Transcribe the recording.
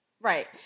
Right